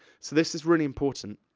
so this is really important.